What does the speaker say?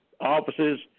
offices